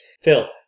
Phil